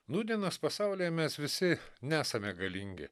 nūdienos pasaulyje mes visi nesame galingi